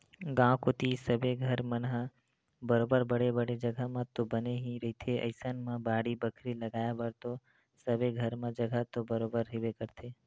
गाँव कोती सबे घर मन ह बरोबर बड़े बड़े जघा म तो बने ही रहिथे अइसन म बाड़ी बखरी लगाय बर तो सबे घर म जघा तो बरोबर रहिबे करथे